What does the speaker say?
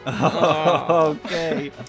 Okay